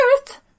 earth